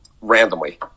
randomly